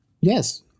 Yes